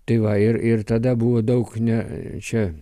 tai va ir ir tada buvo daug ne čia